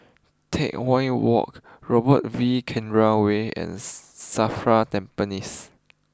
Teck Whye walk Robert V Chandran way and Safra Tampines